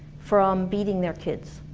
from beating their kids?